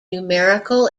numerical